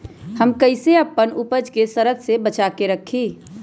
हम कईसे अपना उपज के सरद से बचा के रखी?